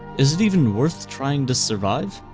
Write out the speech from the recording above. is it even worth trying to survive?